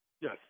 Yes